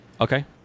Okay